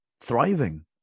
thriving